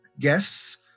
Guests